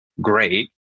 great